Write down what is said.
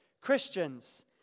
Christians